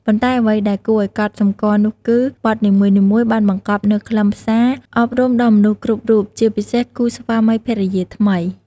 ប៉ុន្តែអ្វីដែលគួរឱ្យកត់សម្គាល់នោះគឺ បទនីមួយៗបានបង្កប់នូវខ្លឹមសារ អប់រំដល់មនុស្សគ្រប់រូប ជាពិសេសគូស្វាមី ភរិយាថ្មី។